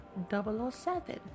007